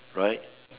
right